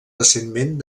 recentment